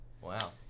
Wow